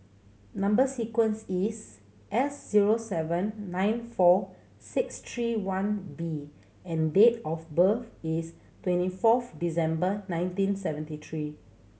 number sequence is S zero seven nine four six three one V and date of birth is twenty fourth December nineteen seventy three